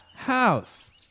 house